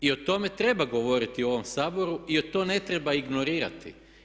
I o tome treba govoriti u ovom Saboru jer to ne treba ignorirati.